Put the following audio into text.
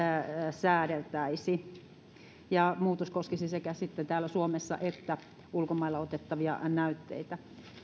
säädeltäisi muutos sitten koskisi sekä täällä suomessa että ulkomailla otettavia näytteitä